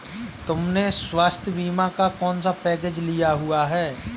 तुमने स्वास्थ्य बीमा का कौन सा पैकेज लिया हुआ है?